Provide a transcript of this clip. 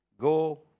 go